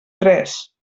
tres